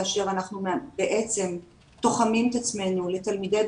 כאשר אנחנו בעצם תוחמים את עצמנו לתלמידי